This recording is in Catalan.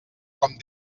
com